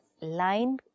line